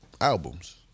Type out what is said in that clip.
albums